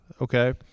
Okay